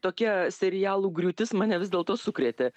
tokia serialų griūtis mane vis dėlto sukrėtė